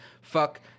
fuck